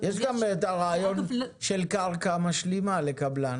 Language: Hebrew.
יש גם את הרעיון של קרקע משלימה לקבלן.